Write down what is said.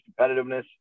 competitiveness